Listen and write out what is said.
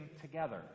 together